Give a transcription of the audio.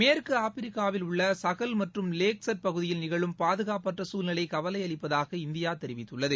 மேற்கு ஆப்பிரிக்காவில் உள்ள சஹெல் மற்றும் லேக் சட் பகுதியில் நிகழும் பாதுகாப்பு சூழ்நிலை கவலை அளிப்பதாக இந்தியா தெரிவித்துள்ளது